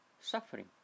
suffering